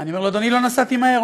אני אומר לו: אדוני, לא נסעתי מהר.